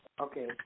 okay